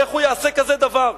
איך הוא יעשה כזה דבר.